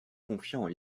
confiant